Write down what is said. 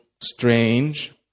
strange